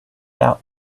out